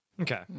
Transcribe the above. Okay